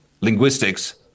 linguistics